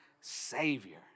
Savior